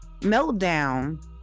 Meltdown